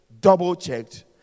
double-checked